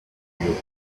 you